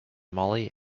molly